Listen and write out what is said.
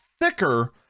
thicker